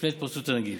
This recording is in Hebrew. לפני התפרצות הנגיף.